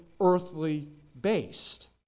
earthly-based